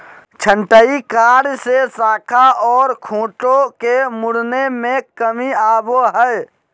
छंटाई कार्य से शाखा ओर खूंटों के मुड़ने में कमी आवो हइ